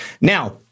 Now